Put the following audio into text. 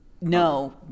no